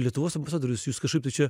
lietuvos ambasadorius jūs kažkaip tai čia